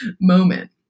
moment